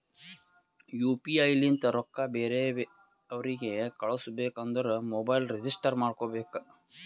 you P I ಲಿಂತ ರೊಕ್ಕಾ ಬೇರೆ ಅವ್ರಿಗ ಕಳುಸ್ಬೇಕ್ ಅಂದುರ್ ಮೊಬೈಲ್ ರಿಜಿಸ್ಟರ್ ಮಾಡ್ಕೋಬೇಕ್